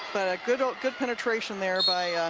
but ah good ah good penetration there by